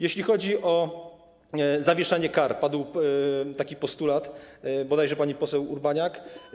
Jeśli chodzi o zawieszanie kar, padł taki postulat, bodajże pani poseł Urbaniak.